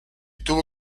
tuvo